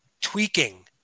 tweaking